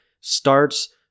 starts